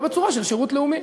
לא בצורה של שירות לאומי.